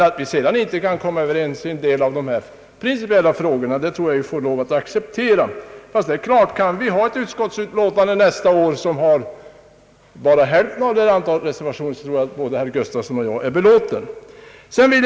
Att vi ändå inte kan komma överens i en del av dessa principiella frågor tror jag man får lov att acceptera. Men kan vi nästa år få ett utskottsutlåtande med bara hälften så många reservationer, bör både herr Gustafsson och jag kunna vara belåtna.